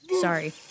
Sorry